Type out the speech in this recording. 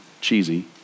cheesy